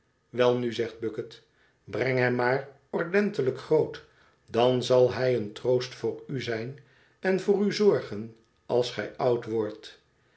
welnu zegt bucket breng hem maar ordentelijk groot dan zal hij een troost voor u zijn en voor u zorgen als gij oud wordt